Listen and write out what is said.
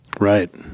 Right